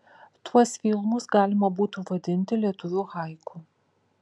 tuos filmus galima būtų vadinti lietuvių haiku